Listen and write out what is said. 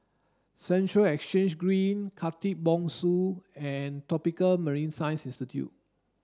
Central Exchange Green Khatib Bongsu and Tropical Marine Science Institute